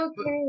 okay